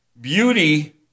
beauty